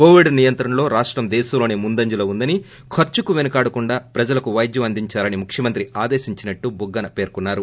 Covid నియంత్రణలో రాష్టం దేశంలోనే ముందంజలో ఉందని ఖర్చుకు వెనకాడకుండా ప్రజలకు వైద్యం అందించాలని ముఖ్యమంత్రి ఆదేశించినట్టు బుగ్గన పేర్కొన్నారు